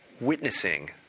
witnessing